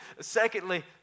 secondly